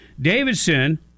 Davidson